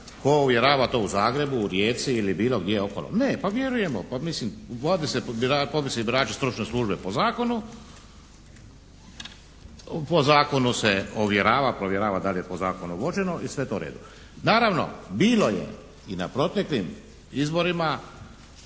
tko ovjerava to u Zagrebu, u Rijeci ili bilo gdje okolo? Ne, pa vjerujemo, pa mislim. … /Govornik se ne razumije./ … popisi birača stručne službe po zakonu. Po zakonu se ovjerava, provjerava da li je po zakonu vođeno i sve to je u redu. Naravno bilo je i na proteklim izborima